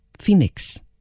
phoenix